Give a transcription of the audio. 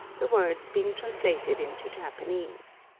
the words being translated into japanese.